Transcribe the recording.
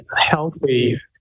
healthy